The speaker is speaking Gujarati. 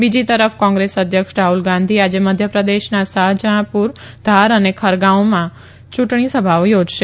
બીજી તરફ કોંગ્રેસ અધ્યક્ષ રાહુલ ગાંધી આજે મધ્ય પ્રદેશના શાજાપુર ધાર અને ખરગૌનમાં ચુંટણી સભા યોજશે